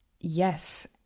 Yes